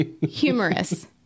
humorous